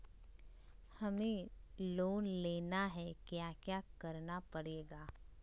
हमें लोन लेना है क्या क्या करना पड़ेगा?